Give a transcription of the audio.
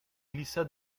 glissa